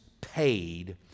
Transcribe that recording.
paid